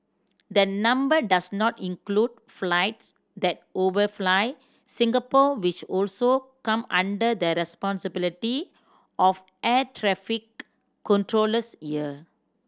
the number does not include flights that overfly Singapore which also come under the responsibility of air traffic controllers here